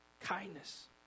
kindness